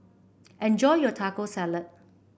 enjoy your Taco Salad